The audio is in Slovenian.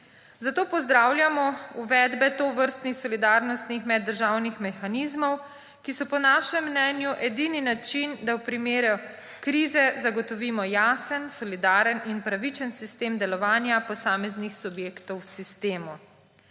Zato pozdravljamo uvedbe tovrstnih solidarnostnih meddržavnih mehanizmov, ki so po našem mnenju edini način, da v primeru krize zagotovimo jasen, solidaren in pravičen sistem delovanja posameznih subjektov v sistemu.